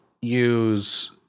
use